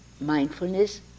mindfulness